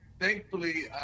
Thankfully